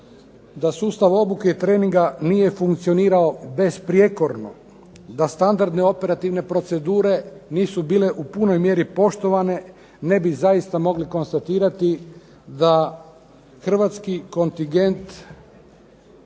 da sustav obuke i treninga nije funkcionirao besprijekorno, da standardne operativne procedure nisu bile u punoj mjeri poštovane ne bi zaista mogli konstatirati da hrvatski kontingent